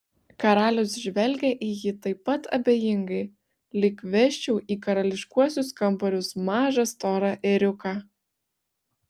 karalius žvelgia į jį taip pat abejingai lyg vesčiau į karališkuosius kambarius mažą storą ėriuką